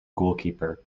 goalkeeper